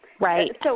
Right